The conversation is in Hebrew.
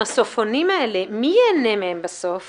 המסופונים האלה, מי בסוף